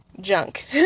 junk